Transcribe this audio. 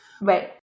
Right